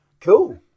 Cool